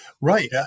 Right